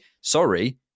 sorry